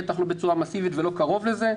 בטח לא בצורה מסיבית ולא קרוב לזה,